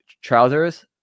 trousers